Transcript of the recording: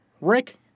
Rick